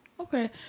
okay